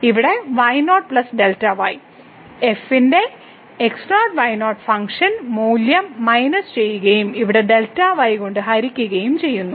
ഇവിടെ y0 Δy f ന്റെ x0 y0 function മൂല്യം മൈനസ് ചെയ്യുകയും ഇവിടെ കൊണ്ട് ഹരിക്കുകയും ചെയ്യുന്നു